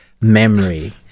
memory